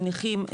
של נכים,